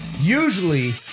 Usually